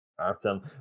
Awesome